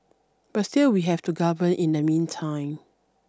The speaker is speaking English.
but still we have to govern in the meantime